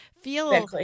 feel